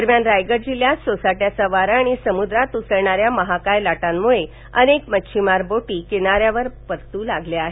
दरम्यान रायगड जिल्ह्यात सोसाटयाचा वारा वाणि समुद्रात उसळणाऱ्या महाकाय लाटांमुळं अनेक मच्छिमार बोटी किनाऱ्यावर परतू लागल्या आहेत